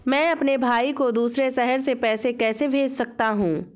मैं अपने भाई को दूसरे शहर से पैसे कैसे भेज सकता हूँ?